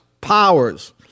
powers